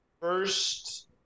first